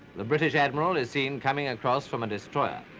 the british admiral is seen coming across from a destroyer.